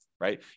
right